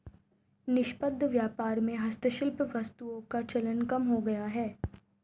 निष्पक्ष व्यापार में हस्तशिल्प वस्तुओं का चलन कम हो गया है